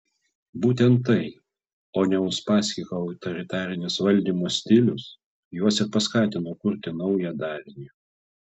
būtent tai o ne uspaskicho autoritarinis valdymo stilius juos ir paskatino kurti naują darinį